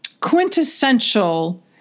quintessential